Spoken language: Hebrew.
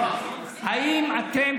האם אתם,